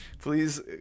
Please